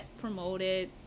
promoted